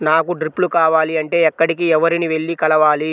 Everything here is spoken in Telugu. నాకు డ్రిప్లు కావాలి అంటే ఎక్కడికి, ఎవరిని వెళ్లి కలవాలి?